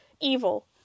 evil